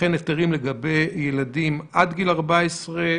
וכן היתרים לגבי ילדים עד גיל 14,